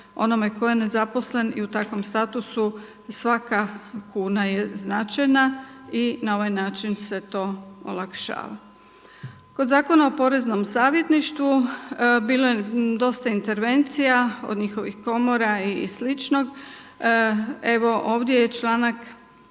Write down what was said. onome tko je nezaposlen i u takvom statusu svaka kuna je značajna i na ovaj način se to olakšava. Kod Zakona o poreznom savjetništvu bilo je dosta intervencija od njihovih komora i sličnog. Evo, ovdje je članak